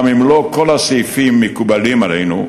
גם אם לא כל הסעיפים מקובלים עלינו,